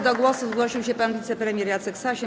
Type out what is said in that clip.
Do głosu zgłosił się pan wicepremier Jacek Sasin.